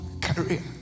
career